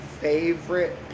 favorite